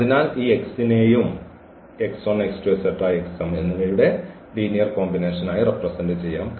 അതിനാൽ ഈ x നെയും എന്നിവയുടെ ലീനിയർ കോമ്പിനേഷനായി റെപ്രെസെന്റ് ചെയ്യാം